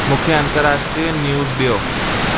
मूंखे अंतरराष्ट्रीय न्यूज़ ॾियो